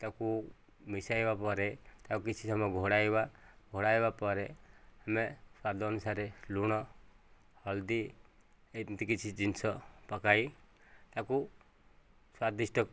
ତାକୁ ମିଶାଇବା ପରେ ତାକୁ କିଛି ସମୟ ଘୋଡ଼ାଇବା ଘୋଡ଼ାଇବା ପରେ ଆମେ ସ୍ୱାଦ ଅନୁସାରେ ଲୁଣ ହଳଦି ଏମିତି କିଛି ଜିନିଷ ପକାଇ ତାକୁ ସ୍ୱାଦିଷ୍ଟ